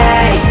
Hey